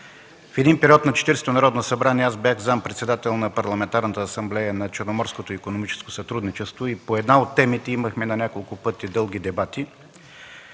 Четиридесетото Народно събрание, когато бях заместник-председател на Парламентарната асамблея на Черноморското икономическо сътрудничество, по една от темите имахме на няколко пъти дълги дебати.